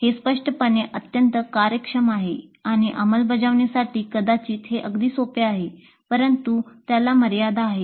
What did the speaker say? हे स्पष्टपणे अत्यंत कार्यक्षम आहे आणि अंमलबजावणीसाठी कदाचित हे अगदी सोपे आहे परंतु त्याला मर्यादा आहेत